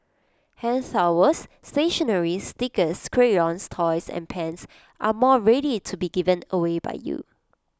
hand towels stationery stickers crayons toys and pens are more than ready to be given away by you